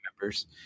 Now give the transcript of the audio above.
members